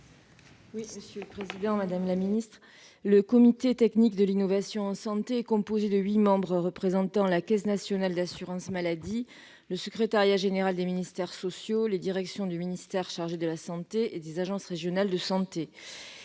: La parole est à Mme Monique Lubin. Le comité technique de l'innovation en santé est composé de huit membres représentant la Caisse nationale de l'assurance maladie, le secrétariat général des ministères sociaux, les directions du ministère chargé de la santé et des agences régionales de santé.